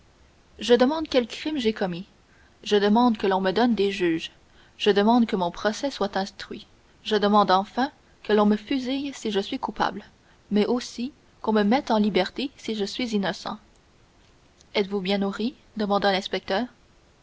je demande quel crime j'ai commis je demande que l'on me donne des juges je demande que mon procès soit instruit je demande enfin que l'on me fusille si je suis coupable mais aussi qu'on me mette en liberté si je suis innocent êtes-vous bien nourri demanda l'inspecteur